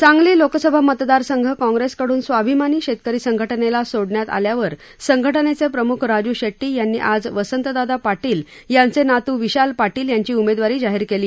सांगली लोकसभा मतदारसंघ काँग्रेसकडून स्वाभिमानी शेतकरी संघटनेला सोडण्यात आल्यावर संघटनेचे प्रमुख राजू शेट्टी यांनी आज वसंतदादा पाटील यांचे नातू विशाल पाटील यांची उमेदवारी जाहीर केली